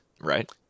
Right